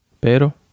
Pero